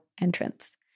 entrance